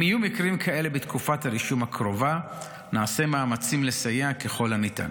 אם יהיו מקרים כאלה בתקופת הרישום הקרובה נעשה מאמצים לסייע ככל הניתן.